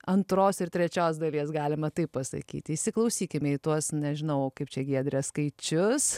antros ir trečios dalies galima taip pasakyti įsiklausykime į tuos nežinau kaip čia giedre skaičius